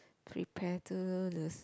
prepare to lose